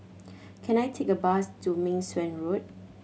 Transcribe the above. can I take a bus to Meng Suan Road